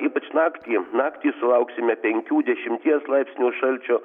ypač naktį naktį sulauksime penkių dešimties laipsnių šalčio